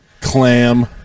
clam